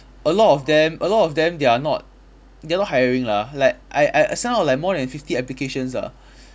a lot of them a lot of them they are not they're not hiring lah like I I I send out like more than fifty applications ah